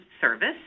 service